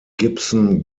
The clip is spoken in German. gibson